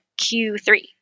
Q3